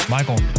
Michael